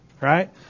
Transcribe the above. Right